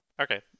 Okay